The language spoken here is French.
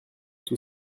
tout